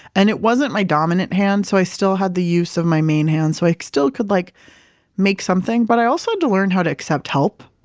and it wasn't my dominant hand. so i still had the use of my main hand. so i still could like make something, but i also had to learn how to accept help,